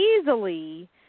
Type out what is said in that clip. easily